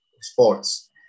sports